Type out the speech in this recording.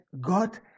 God